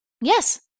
Yes